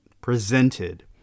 presented